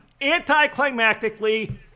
anticlimactically